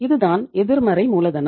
இதுதான் எதிர்மறை மூலதனம்